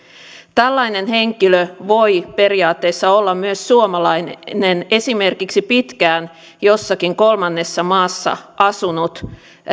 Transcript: tällainen henkilö voi periaatteessa olla myös suomalainen esimerkiksi pitkään jossakin kolmannessa maassa asunut